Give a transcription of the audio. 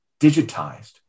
digitized